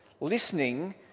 listening